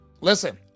Listen